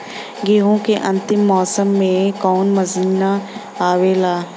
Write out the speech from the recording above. गेहूँ के अंतिम मौसम में कऊन महिना आवेला?